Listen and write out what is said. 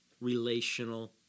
relational